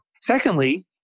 Secondly